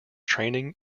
training